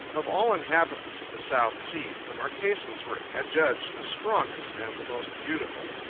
of all inhabitants of the south seas, the marquesans were adjudged the strongest and the most beautiful.